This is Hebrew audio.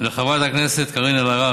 חברת הכנסת קארין אלהרר,